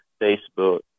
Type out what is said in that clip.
Facebook